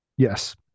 yes